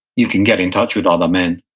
you can get in touch with other men.